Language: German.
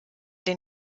den